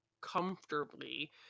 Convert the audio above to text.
comfortably